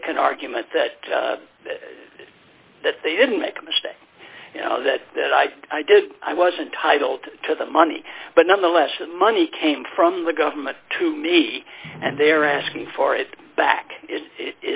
make an argument that that they didn't make a mistake you know that that i did i wasn't titled to the money but nonetheless the money came from the government to me and they're asking for it back it i